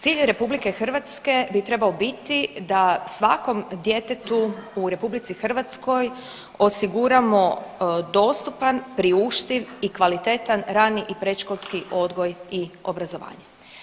Cilj je RH bi trebao biti da svakom djetetu u RH osiguramo dostupan, priuštiv i kvalitetan rani i predškolski odgoj i obrazovanje.